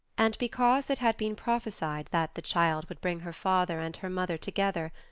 and because it had been prophesied that the child would bring her father and her mother together,